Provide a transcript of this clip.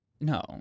No